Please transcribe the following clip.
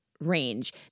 range